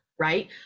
Right